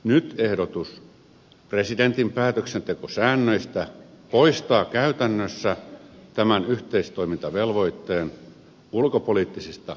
nyt ehdotus presidentin päätöksentekosäännöistä poistaa käytännössä tämän yhteistoimintavelvoitteen ulkopoliittisista päätöksistä